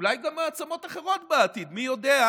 אולי גם מעצמות אחרות בעתיד, מי יודע,